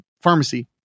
pharmacy